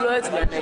הוא לא יצביע נגד.